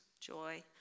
joy